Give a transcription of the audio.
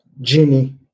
Genie